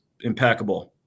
impeccable